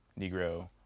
negro